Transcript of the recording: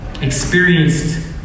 experienced